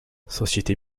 société